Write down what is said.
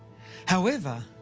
however,